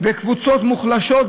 וקבוצות מוחלשות,